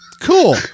Cool